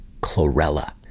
chlorella